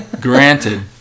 Granted